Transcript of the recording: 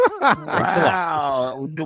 Wow